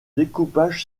découpage